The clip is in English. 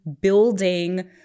building